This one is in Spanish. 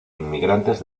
inmigrantes